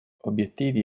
obiettivi